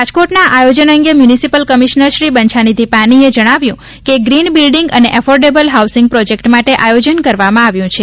રાજકોટના આયોજન અંગે મ્યુનિસિપલ કમિશ્નર શ્રી બંછાનિધિ પાનીએ જણાવ્યું કે ત્રીન બિલ્ડીંગ અને એફોર્ડેબલ હાઉસીંગ પ્રોજેક્ટ માટે આયોજન કરવામાં આવ્યું છે